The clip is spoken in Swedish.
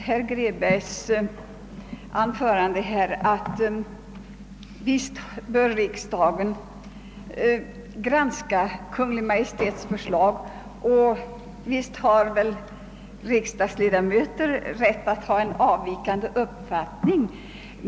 Herr talman! Visst bör riksdagen granska Kungl. Maj:ts förslag, och visst har riksdagens ledamöter, herr Grebäck, rätt att anföra avvikande meningar.